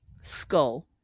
Skull